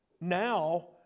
Now